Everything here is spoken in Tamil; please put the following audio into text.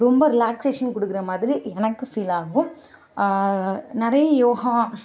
ரொம்ப ரிலாக்சேஷன் கொடுக்குற மாதிரி எனக்கு ஃபீல் ஆகும் நிறைய யோகா